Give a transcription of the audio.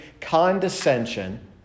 condescension